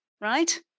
right